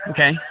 Okay